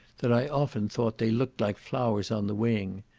that i often thought they looked like flowers on the wing.